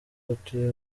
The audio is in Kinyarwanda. batuye